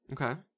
okay